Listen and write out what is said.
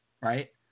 right